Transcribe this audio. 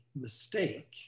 mistake